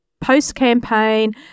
post-campaign